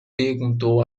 perguntou